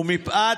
ומפאת,